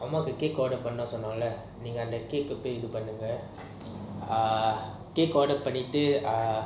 அம்மாக்கு:ammaku cake order பண்ணனும்னு சொன்னமலை நீங்க அந்த:pannanumnu sonnamla nenga antha cake eh பொய் இது பண்ணிட்டு:poi ithu panitu cake order பண்ணிட்டு:panitu